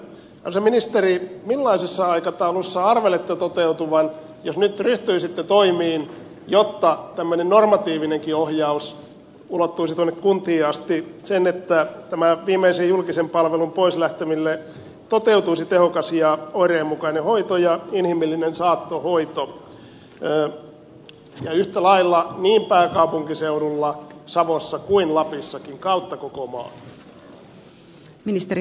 arvoisa ministeri millaisessa aikataulussa arvelette sen toteutuvan jos nyt ryhtyisitte toimiin jotta tämmöinen normatiivinenkin ohjaus ulottuisi tuonne kuntiin asti että tämän viimeisen julkisen palvelun poislähteville toteutuisi tehokas ja oireenmukainen hoito ja inhimillinen saattohoito ja yhtä lailla niin pääkaupunkiseudulla savossa kuin lapissakin kautta koko maan